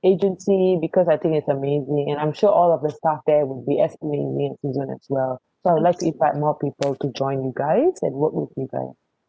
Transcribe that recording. agency because I think it's amazing and I'm sure all of the staff there will be asking improvement as well so I would like to invite more people to join you guys and work with you guys